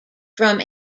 from